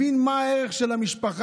הבין מה הערך של המשפחה.